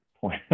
point